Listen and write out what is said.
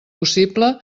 possible